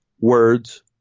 words